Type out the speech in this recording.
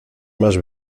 más